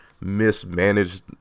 mismanaged